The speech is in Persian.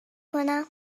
کنم